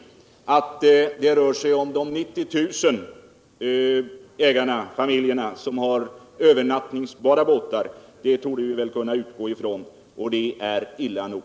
Men att det rör sig om de 90 000 ägare och familjer som har övernattningsbara båtar torde vi kunna utgå ifrån, och det är illa nog.